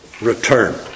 return